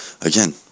again